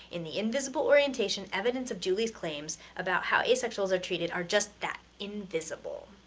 in the invisible orientation, evidence of julie's claims about how asexuals are treated are just that invisible.